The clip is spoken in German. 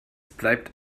bleibt